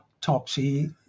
Topsy